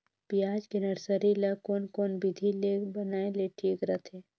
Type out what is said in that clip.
पियाज के नर्सरी ला कोन कोन विधि ले बनाय ले ठीक रथे?